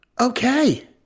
okay